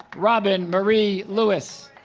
robyn marie lewis